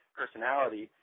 personality